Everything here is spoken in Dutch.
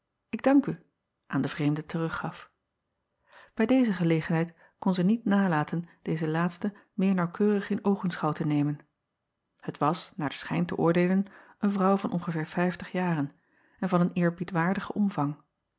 ik dank u aan de vreemde teruggaf ij deze gelegenheid kon zij niet nalaten deze laatste meer naauwkeurig in oogenschouw te nemen et was naar den schijn te oordeelen een vrouw van ongeveer vijftig jaren en van een eerbiedwaardigen omvang